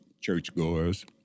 churchgoers